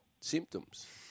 symptoms